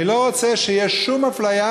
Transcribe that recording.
אני לא רוצה שתהיה שום אפליה,